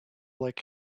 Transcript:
like